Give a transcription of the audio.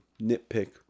nitpick